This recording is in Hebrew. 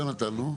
יונתן, נו.